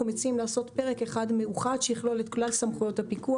אנחנו מציעים לעשות פרק אחד מאוחד שיכלול את כלל סמכויות הפיקוח,